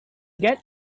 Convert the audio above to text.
get